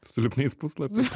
su lipniais puslapiais